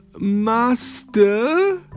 Master